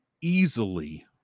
easily